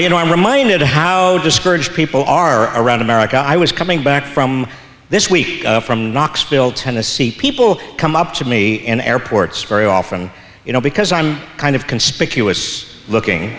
you know i'm reminded how discouraged people are around america i was coming back from this week from knoxville tennessee people come up to me in airports very often you know because i'm kind of conspicuous looking